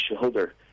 shoulder